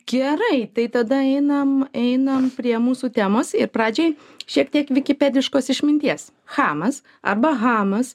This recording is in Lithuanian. gerai tai tada einam einam prie mūsų temos ir pradžiai šiek tiek vikipediškos išminties chamas arba hamas